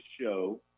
show